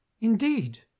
indeed